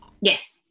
Yes